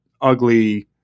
ugly